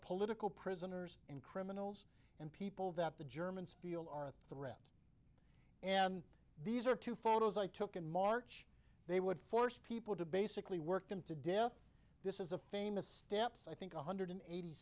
political prisoners and criminals and people that the germans feel are a threat and these are two photos i took in march they would force people to basically work them to death this is a famous steps i think one hundred eighty